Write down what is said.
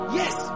yes